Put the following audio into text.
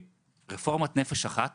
רפורמת נפש אחת